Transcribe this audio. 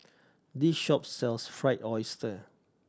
this shop sells Fried Oyster